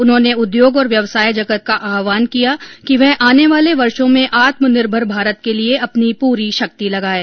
उन्होंने उद्योग और व्यवसाय जगत का आहवान किया कि वह आने वाले वर्षो में आत्मनिर्भर भारत के लिए अपनी पूरी शक्ति लगाएं